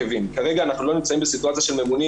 כרגע אנחנו לא נמצאים בסיטואציה של ממונים